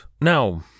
Now